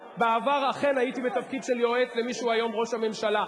בעבר אכן הייתי בתפקיד של יועץ למי שהוא היום ראש ממשלה.